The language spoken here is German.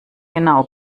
genau